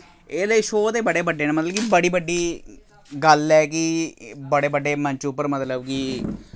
एह् लेई शो ते बड़े बड्डे न मतलब कि बड़ी बड्डी गल्ल ऐ कि बड़े बड्डे मंच उप्पर मतलब कि